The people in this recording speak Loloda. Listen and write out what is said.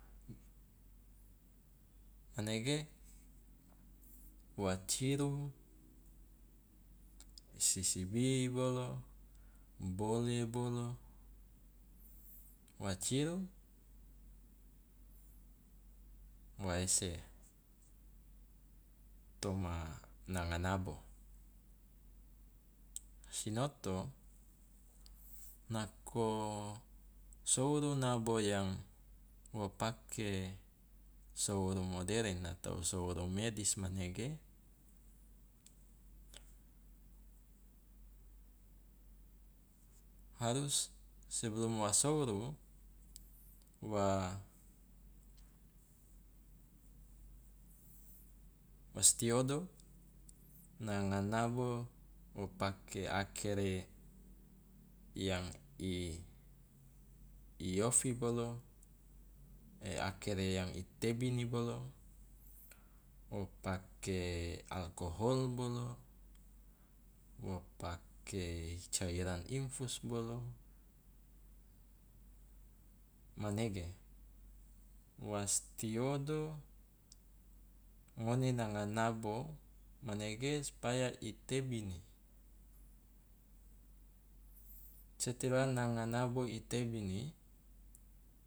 Manege wa ciru sisibi bolo, bole bolo wa ciru wa ese toma nanga nabo, sinoto nako souru nabo yang wo pake souru modern atau souru medis manege harus sebelum wa souru wa was tiodo nanga nabo wo pake akere yang i i ofi bolo e akere yang i tebini bolo, o pake alkohol bolo, wo pake cairan infus bolo, manege, was tiodo ngone nanga nabo manege supaya i tebini, setelah nanga nabo i tebini